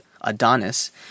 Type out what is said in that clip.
Adonis